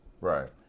Right